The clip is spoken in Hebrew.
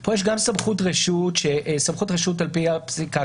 פה יש גם סמכות רשות לפי הפסיקה,